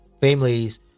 families